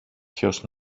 ποιος